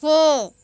போ